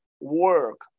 work